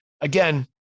Again